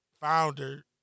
Founder